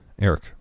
Eric